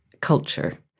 culture